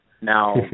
Now